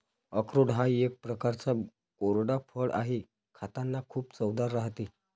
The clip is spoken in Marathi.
अक्रोड हा एक प्रकारचा कोरडा फळ आहे, खातांना खूप चवदार राहते